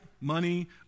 money